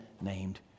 named